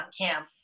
Camp